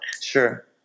Sure